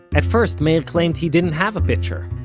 at first meir claimed he didn't have a pitcher,